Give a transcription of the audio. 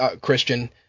christian